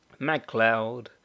MagCloud